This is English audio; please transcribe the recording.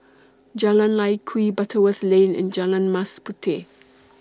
Jalan Lye Kwee Butterworth Lane and Jalan Mas Puteh